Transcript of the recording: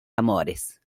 amores